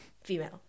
female